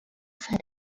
for